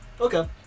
Okay